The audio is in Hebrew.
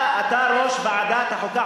אתה יושב-ראש ועדת החוקה,